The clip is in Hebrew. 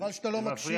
חבל שאתה לא מקשיב.